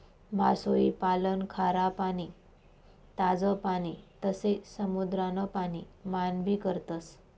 मासोई पालन खारा पाणी, ताज पाणी तसे समुद्रान पाणी मान भी करतस